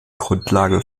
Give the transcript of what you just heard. grundlage